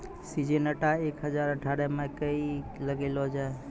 Syngenta एक हजार अठारह मकई लगैलो जाय?